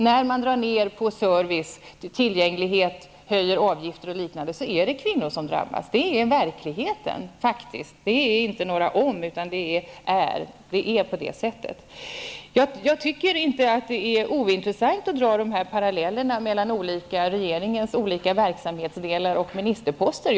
När man drar ned på service och tillgänglighet, höjer avgifter osv. är det kvinnor som drabbas. Det är verkligheten -- här finns ingetom. Jag tycker inte att det är ointressant att dra paralleller mellan regeringens olika verksamhetsdelar och ministerposter.